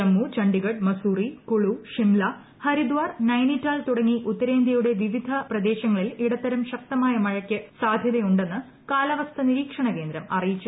ജമ്മു ചണ്ഡിഗഡ് മസൂറി കുളു ഷിംല ഹരിദ്വാർ ്നൈനിറ്റാൽ തുടങ്ങി ഉത്തരേന്തൃയുടെ വിവിധ പ്രദേശങ്ങളിൽ ഇടത്തരം സാധ്യതയുണ്ടെന്ന് കാലാവസ്ഥ നിരീക്ഷണ കേന്ദ്രം അറിയിച്ചു